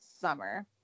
summer